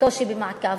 קושי במעקב,